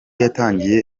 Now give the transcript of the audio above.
yatangiye